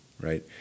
right